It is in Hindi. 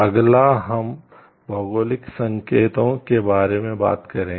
अगला हम भौगोलिक संकेतों के बारे में बात करेंगे